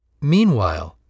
Meanwhile